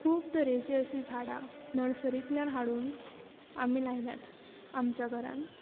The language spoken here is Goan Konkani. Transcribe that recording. खूब तरेची अशी झाडां नर्सरींतल्यान हाडून आमी लायल्यात आमच्या घरान